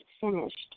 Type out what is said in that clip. finished